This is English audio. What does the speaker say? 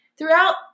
throughout